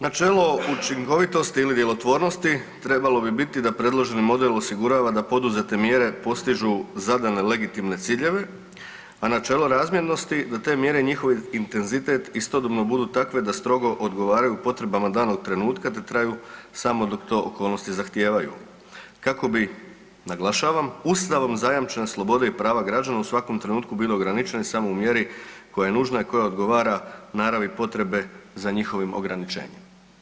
Načelo učinkovitosti ili djelotvornosti trebalo bi biti da predloženi model osigurava da poduzete mjere postižu zadane legitimne ciljeve, a načelo razmjernosti da te mjere i njihov intenzitet istodobno budu takve da strogo odgovaraju potrebama danog trenutka, da traju samo dok to okolnosti zahtijevaju, kako bi, naglašavam, Ustavom zajamčena sloboda i prava građana u svakom trenutku bila ograničena samo u mjeri koja je nužna i koja odgovara naravi potrebe za njihovim ograničenjem.